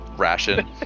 ration